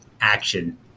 action